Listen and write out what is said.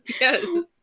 Yes